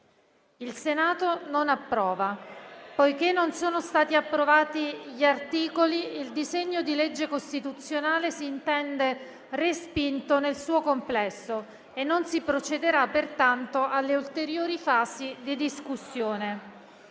Allegato B)*. Poiché non sono stati approvati gli articoli, il disegno di legge costituzionale si intende respinto nel suo complesso e non si procederà pertanto alle ulteriori fasi di discussione.